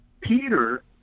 Peter